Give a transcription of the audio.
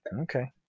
okay